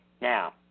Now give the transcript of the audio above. Now